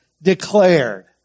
declared